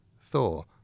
Thor